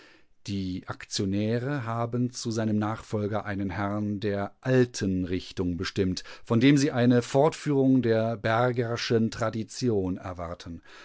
die aktionäre haben zu seinem nachfolger einen herrn der alten richtung bestimmt von dem sie eine fortführung der bergerschen tradition erwarten